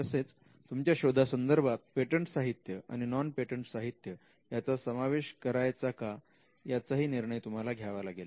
तसेच तुमच्या शोधा संदर्भात पेटंट साहित्य आणि नॉन पेटंट साहित्य याचा समावेश करायचा का याचाही निर्णय तुम्हाला घ्यावा लागेल